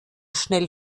schnell